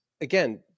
again